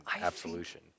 absolution